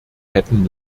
hätten